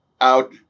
out